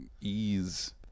Ease